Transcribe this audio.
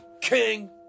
king